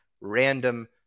random